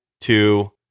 two